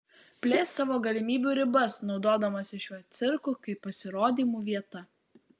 plėsk savo galimybių ribas naudodamasi šiuo cirku kaip pasirodymų vieta